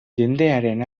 jendearen